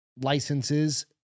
licenses